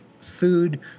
food